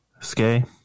Skay